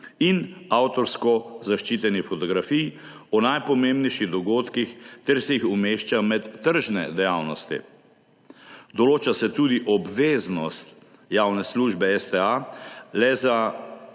in avtorsko zaščitenih fotografij o najpomembnejših dogodkih ter se jih umešča med tržne dejavnosti. Določa se tudi obveznost javne službe STA le za